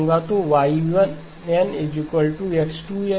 तो y nX2 Mn